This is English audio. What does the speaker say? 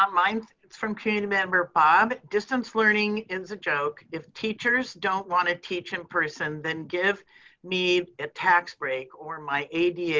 um mine is from community member bob. distance learning is a joke. if teachers don't wanna teach in person, then give me a tax break or my ada